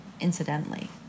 incidentally